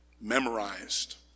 memorized